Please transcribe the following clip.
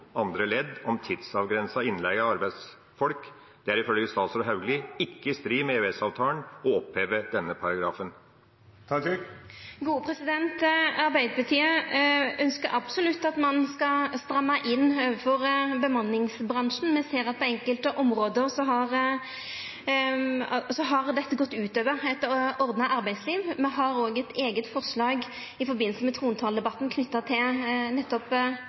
andre ledd om tidsbegrenset innleie av arbeidsfolk? Det er ifølge statsråd Hauglie ikke i strid med EØS-avtalen å oppheve denne paragrafen. Arbeidarpartiet ønskjer absolutt at ein skal stramma inn overfor bemanningsbransjen. Me ser at på enkelte område har dette gått ut over eit ordna arbeidsliv. Me har òg eit eige forslag i samband med trontaledebatten knytt til nettopp